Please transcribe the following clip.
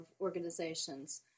organizations